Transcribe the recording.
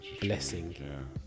blessing